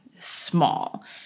small